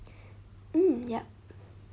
mm yup